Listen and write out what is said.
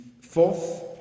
fourth